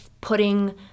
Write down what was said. putting